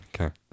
Okay